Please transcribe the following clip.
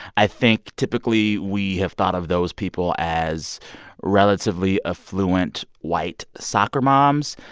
i think, typically, we have thought of those people as relatively affluent, white soccer moms.